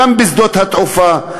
גם בשדות התעופה.